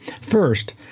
First